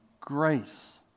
grace